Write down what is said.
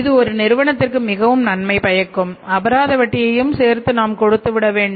இது ஒரு நிறுவனத்திற்கு மிகவும் நன்மை பயக்கும் அபராதம் வட்டியையும் சேர்த்து நாம் கொடுத்து விட வேண்டும்